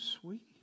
sweet